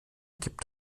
gibt